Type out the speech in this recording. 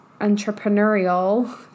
entrepreneurial